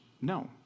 No